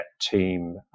team